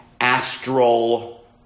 astral